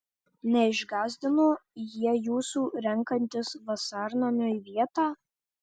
neišgąsdino jie jūsų renkantis vasarnamiui vietą